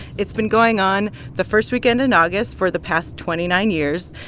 it's been going on the first weekend in august for the past twenty nine years.